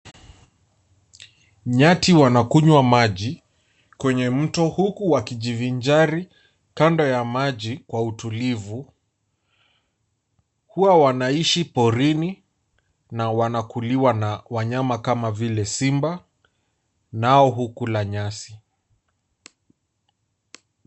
Nyati wanakunywa maji kwenye mto huku wakijivinjari kando ya maji kwa utulivu . Huwa wanaishi porini na wanakuliwa na wanyama kama vile simba , nao hukula nyasi.